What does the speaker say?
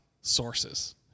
sources